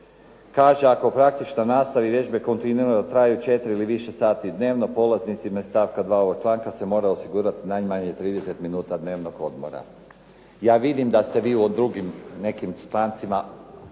kaže ako praktična nastava i vježbe kontinuirano traju 4 ili više sati dnevno polaznicima iz stavka 2. ovog članka se mora osigurati najmanje 30 minuta dnevnog odmora. Ja vidim da ste vi u drugim nekim člancima